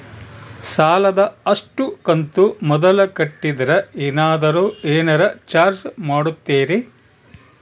ಸಾಲದ ಅಷ್ಟು ಕಂತು ಮೊದಲ ಕಟ್ಟಿದ್ರ ಏನಾದರೂ ಏನರ ಚಾರ್ಜ್ ಮಾಡುತ್ತೇರಿ?